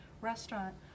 restaurant